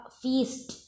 feast